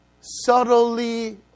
subtly